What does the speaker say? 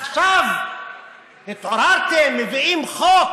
עכשיו התעוררתם, מביאים חוק